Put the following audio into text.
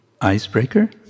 icebreaker